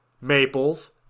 maples